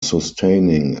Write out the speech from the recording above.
sustaining